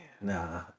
nah